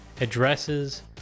addresses